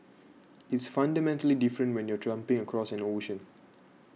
it's fundamentally different when you're jumping across an ocean